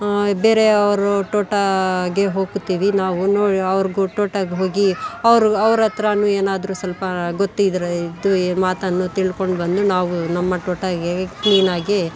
ಬೇರೆಯವರು ಟೋಟಗೆ ಹೋಗುತ್ತೀವಿ ನಾವು ಅವ್ರಿಗೂ ತೋಟಗ್ ಹೋಗಿ ಅವ್ರ ಅವ್ರ ಹತ್ರಾನು ಏನಾದ್ರೂ ಸ್ವಲ್ಪ ಗೊತ್ತಿದ್ದರೆ ಇದ್ದು ಮಾತನ್ನು ತಿಳ್ಕೊಂಡು ಬಂದು ನಾವು ನಮ್ಮ ತೋಟಗೆ ಕ್ಲೀನಾಗಿ